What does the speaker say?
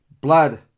Blood